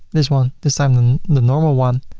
this one, this time the normal one.